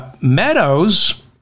Meadows